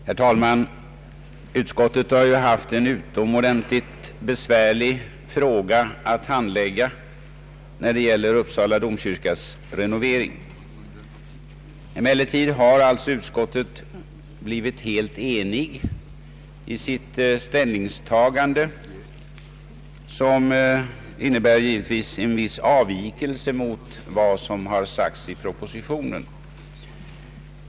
Herr talman! Utskottet har haft en utomordentligt besvärlig fråga att handlägga när det gäller Uppsala domkyrkas renovering. Emellertid har utskottet blivit helt enigt i sitt ställningstagande, vilket innebär en viss avvikelse från vad som sagts i propositionen.